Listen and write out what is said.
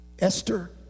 Esther